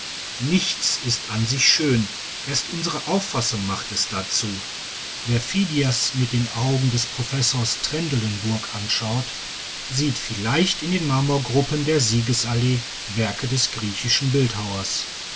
nichts ist an sich schön erst unsere auffassung macht es dazu wer phidias mit den augen des professors trendelenburg anschaut sieht vielleicht in den marmorgruppen der siegesallee werke des griechischen bildhauers